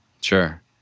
Sure